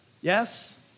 Yes